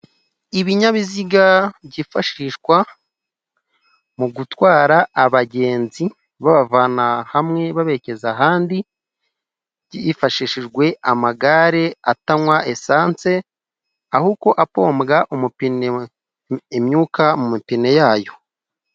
Ibinyabiziga byifashishwa mu gutwara abagenzi babavana hamwe babegeza ahandi hifashishijwe amagare atanywa esanse ahubwo apombwa umupine imyuka mu mipine yayo.